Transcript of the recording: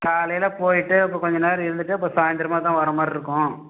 காலையில போய்ட்டு அப்போ கொஞ்சம் நேரம் இருந்துவிட்டு அப்புறம் சாயந்தரம் மாக தான் வர மாதிரி இருக்கும்